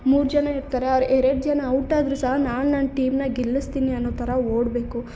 ಮೂರು ಜನ ಇರ್ತಾರೆ ಅವ್ರು ಎರಡು ಜನ ಔಟ್ ಆದರೂ ಸಾ ನಾನು ನನ್ನ ಟೀಮನ್ನ ಗೆಲ್ಲಿಸ್ತೀನಿ ಅನ್ನೋ ಥರ ಓಡಬೇಕು